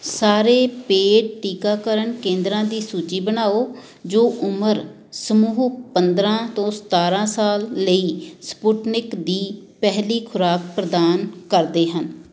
ਸਾਰੇ ਪੇਡ ਟੀਕਾਕਰਨ ਕੇਂਦਰਾਂ ਦੀ ਸੂਚੀ ਬਣਾਓ ਜੋ ਉਮਰ ਸਮੂਹ ਪੰਦਰਾਂ ਤੋਂ ਸਤਾਰਾਂ ਸਾਲ ਲਈ ਸਪੁਟਨਿਕ ਦੀ ਪਹਿਲੀ ਖੁਰਾਕ ਪ੍ਰਦਾਨ ਕਰਦੇ ਹਨ